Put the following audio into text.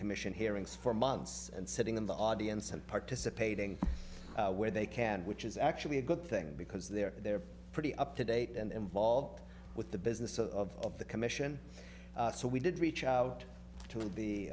commission hearings for months and sitting in the audience and participating where they can which is actually a good thing because they're they're pretty up to date and involved with the business of the commission so we did reach out to